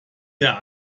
der